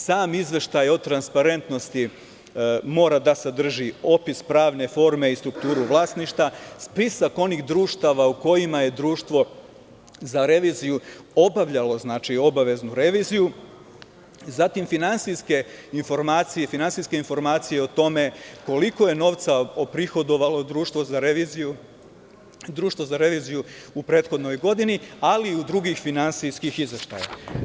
Sam izveštaj o transparentnosti mora da sadrži opis pravne forme i strukturu vlasništva, spisak onih društava u kojima je društvo za reviziju obavljalo obaveznu reviziju, zatim finansijske informacije i finansijske informacije o tome koliko je novaca prihodovalo društvo za reviziju u prethodnoj godini, ali i drugih finansijskih izveštaja.